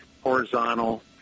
horizontal